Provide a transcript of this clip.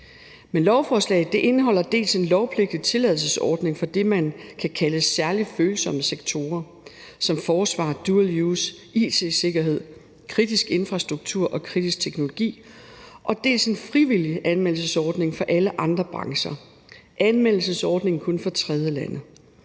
Lovforslaget indeholder dels en lovpligtig tilladelsesordning for det, man kan kalde særligt følsomme sektorer som forsvaret, dual use, it-sikkerhed, kritisk infrastruktur og kritisk teknologi, dels en frivillig anmeldelsesordning for alle andre brancherog en anmeldelsesordning kun for tredjelande.